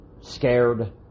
scared